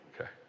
Okay